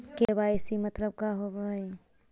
KYC मतलब का होव हइ?